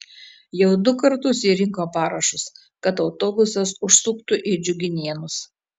jau du kartus ji rinko parašus kad autobusas užsuktų į džiuginėnus